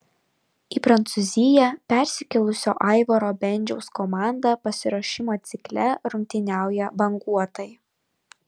į prancūziją persikėlusio aivaro bendžiaus komanda pasiruošimo cikle rungtyniauja banguotai